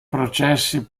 processi